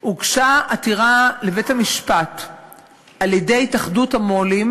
הוגשה עתירה לבית המשפט על-ידי התאחדות המו"לים